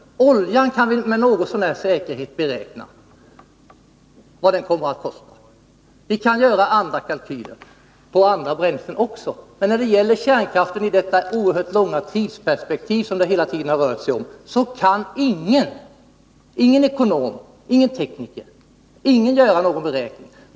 Vad oljan kommer att kosta kan vi med något så när god säkerhet beräkna. Vi kan göra kalkyler beträffande andra bränslen också, men när det gäller kärnkraften i det oerhört långa tidsperspektiv som det där hela tiden har rört sig om kan ingen ekonom, ingen tekniker, ingen över huvud taget göra någon beräkning.